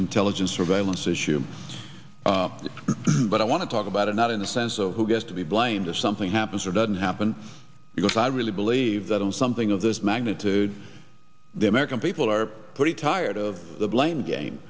intelligence surveillance issue but i want to talk about it not in the sense of who gets to be blind or something happens or doesn't happen because i really believe that in something of this magnitude the american people are pretty tired of the blame game